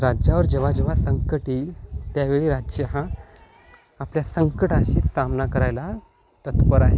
राज्यावर जेव्हा जेव्हा संकट येईल त्यावेळी राज्य हा आपल्या संकटाशी सामना करायला तत्पर आहे